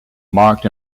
marked